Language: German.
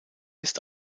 ist